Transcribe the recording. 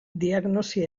diagnosi